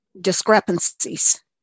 discrepancies